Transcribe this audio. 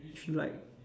she like